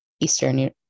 eastern